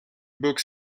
book